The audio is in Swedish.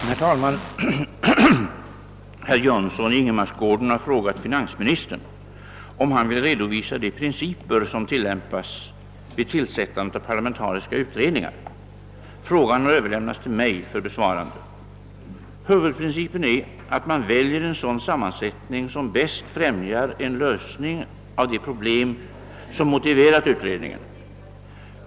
Herr talman! Herr Jönsson i Ingemarsgården har frågat finansministern, om han vill redovisa de principer, som tillämpas vid tillsättandet av parlamentariska utredningar. Frågan har Ööverlämnats till mig för besvarande. Huvudprincipen är att man väljer en sådan sammansättning som bäst främjar en lösning av de problem, som motiverat utredningen.